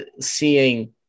seeing